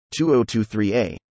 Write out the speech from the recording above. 2023a